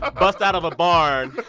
ah bust out of a barn.